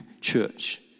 church